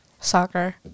Soccer